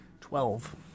Twelve